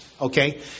okay